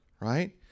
right